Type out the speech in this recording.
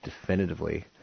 definitively